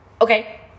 Okay